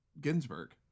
Ginsburg